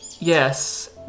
Yes